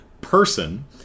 person